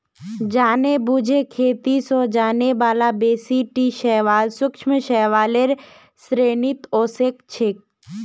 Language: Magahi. जानेबुझे खेती स जाने बाला बेसी टी शैवाल सूक्ष्म शैवालेर श्रेणीत ओसेक छेक